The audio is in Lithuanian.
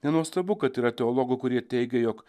nenuostabu kad yra teologų kurie teigia jog